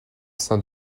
saint